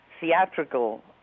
theatrical